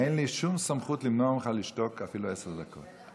אין לי שום סמכות למנוע ממך לשתוק אפילו עשר דקות.